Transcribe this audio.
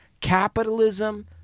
capitalism